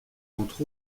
entre